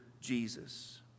Jesus